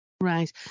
Right